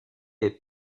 est